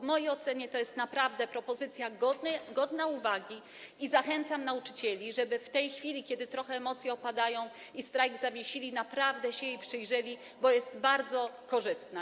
W mojej ocenie to jest naprawdę propozycja godna uwagi i zachęcam nauczycieli, żeby w tej chwili, kiedy trochę emocje opadają, kiedy strajk zawiesili, naprawdę się jej przyjrzeli, bo jest ona bardzo korzystna.